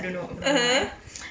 (uh huh)